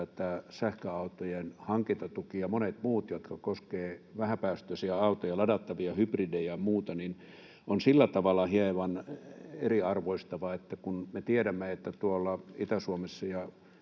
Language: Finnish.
että sähköautojen hankintatuki ja monet muut, jotka koskevat vähäpäästöisiä autoja, ladattavia hybridejä ja muita, ovat sillä tavalla hieman eriarvoistavia, että kun me tiedämme, että Itä-Suomessa